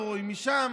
לא רואים משם.